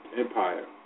Empire